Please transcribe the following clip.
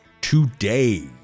today